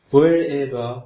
Wherever